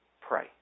pray